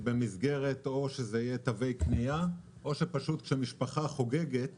במסגרת תווי קנייה, או שפשוט כשמשפחה חוגגת